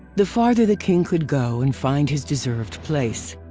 the farther the king could go and find his deserved place.